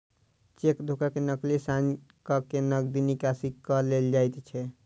cheque धोखा मे नकली साइन क के नगदी निकासी क लेल जाइत छै